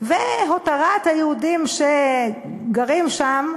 והותרת היהודים שגרים שם